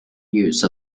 use